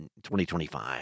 2025